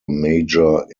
major